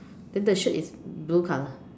then the shirt is blue color